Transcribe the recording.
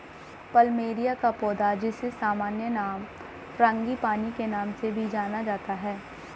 plumeria का पौधा, जिसे सामान्य नाम फ्रांगीपानी के नाम से भी जाना जाता है